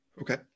Okay